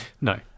no